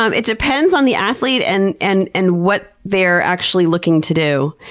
um it depends on the athlete and and and what they are actually looking to do.